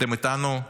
אתם איתנו?